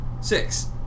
Six